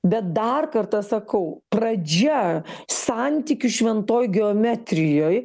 bet dar kartą sakau pradžia santykių šventoj geometrijoj